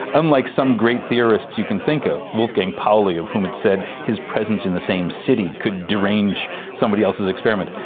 unlike some great theorists you can think of, wolfgang pauli, of whom it's said his presence in the same city could derange somebody else's experiment.